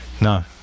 No